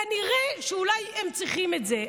כנראה שאולי הם צריכים את זה.